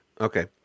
Okay